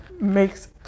makes